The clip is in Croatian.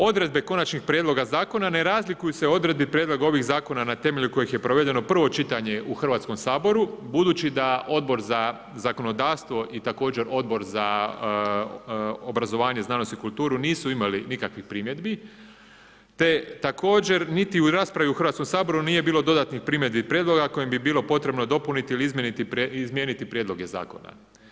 Odredbe konačnih prijedloga zakona ne razlikuju se odredbi prijedloga ovih zakona na temelju kojih je provedeno prvo čitanje u Hrvatskom saboru budući da Odbor za zakonodavstvo i također Odbor obrazovanje, znanost i kulturu nisu imali nikakvih primjedbi, te također niti u raspravi u Hrvatskom saboru nije bilo dodatnih primjedbi i prijedloga kojim bi bilo potrebno dopuniti ili izmijeniti prijedloge zakona.